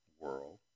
world